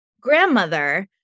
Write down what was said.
grandmother